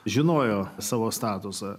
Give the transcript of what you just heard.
žinojo savo statusą